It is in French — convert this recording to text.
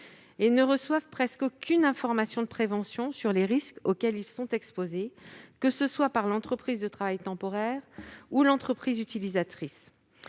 et ne reçoivent presque aucune information de prévention sur les risques auxquels ils sont exposés, que ce soit par l'entreprise de travail temporaire ou par l'entreprise utilisatrice.